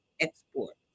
Export